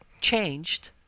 changed